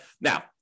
Now